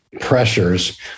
pressures